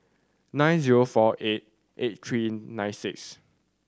nine zero four eight eight three nine six